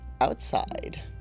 outside